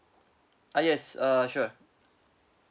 ah yes uh sure